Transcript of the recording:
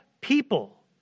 people